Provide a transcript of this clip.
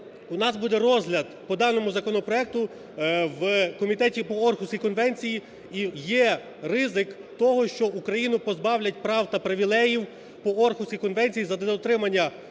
у нас буде розгляд по даному законопроекту в комітеті по Орхуській конвенції і є ризик того, що Україну позбавлять прав та привілеїв по Орхуській конвенції за дотримання